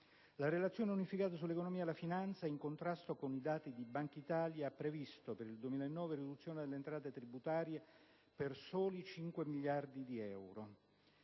La Relazione unificata sull'economia e la finanza, in contrasto con i dati della Banca d'Italia, ha previsto per il 2009 una riduzione delle entrate tributarie per soli 5 miliardi di euro,